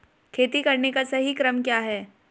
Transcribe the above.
खेती करने का सही क्रम क्या है?